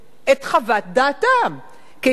את חוות דעתם כיצד